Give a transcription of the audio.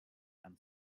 and